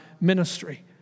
ministry